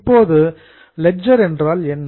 இப்போது லெட்ஜர் என்றால் என்ன